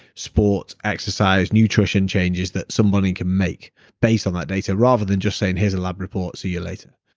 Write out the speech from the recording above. sports, exercise, nutrition changes that somebody can make based on that data, rather than just saying, here's a lab report. see you later.